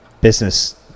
business